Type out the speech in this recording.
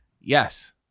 Yes